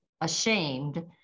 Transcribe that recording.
ashamed